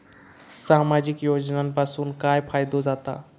सामाजिक योजनांपासून काय फायदो जाता?